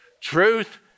Truth